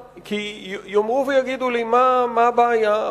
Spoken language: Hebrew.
יאמרו ויגידו לי, מה הבעיה?